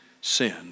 sin